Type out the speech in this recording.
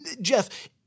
Jeff